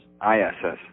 I-S-S